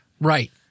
Right